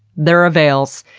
they're avails!